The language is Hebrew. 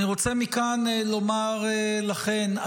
אני רוצה מכאן לומר לכן,